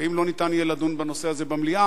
ואם לא יהיה ניתן לדון בנושא הזה במליאה,